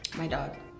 my dog.